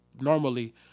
normally